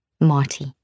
Marty